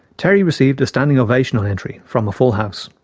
terry received a standing ovation on entry, from a full house.